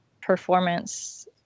performance